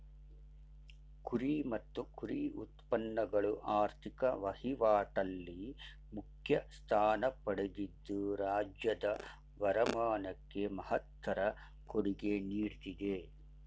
ಕುರಿ ಮತ್ತು ಕುರಿ ಉತ್ಪನ್ನಗಳು ಆರ್ಥಿಕ ವಹಿವಾಟಲ್ಲಿ ಮುಖ್ಯ ಸ್ಥಾನ ಪಡೆದಿದ್ದು ರಾಜ್ಯದ ವರಮಾನಕ್ಕೆ ಮಹತ್ತರ ಕೊಡುಗೆ ನೀಡ್ತಿದೆ